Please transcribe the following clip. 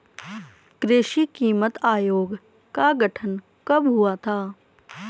कृषि कीमत आयोग का गठन कब हुआ था?